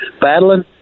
battling